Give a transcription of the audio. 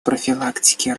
профилактики